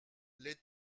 les